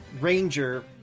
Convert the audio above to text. ranger